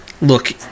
look